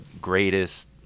greatest